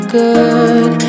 good